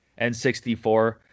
N64